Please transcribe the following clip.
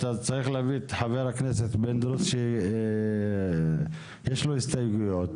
אתה צריך להביא את חבר הכנסת פינדרוס שיש לו הסתייגויות.